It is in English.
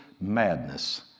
madness